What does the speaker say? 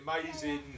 amazing